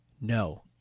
no